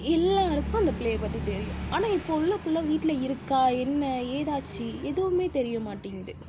எல்லோருக்கும் அந்த பிள்ளையை பற்றி தெரியும் ஆனால் இப்போது உள்ள பிள்ள வீட்டில் இருக்கா என்ன ஏதாச்சி எதுவுமே தெரிய மாட்டிங்கிது